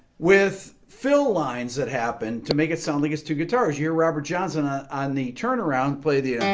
with fill lines that happen to make it sound like it's two guitars here robert johnson ah on the turnaround play the